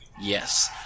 Yes